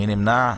הצבעה אושר.